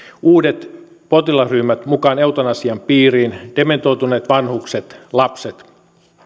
uudet potilasryhmät mukaan eutanasian piiriin dementoituneet vanhukset lapset